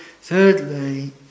thirdly